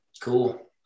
Cool